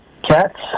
Cats